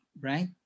right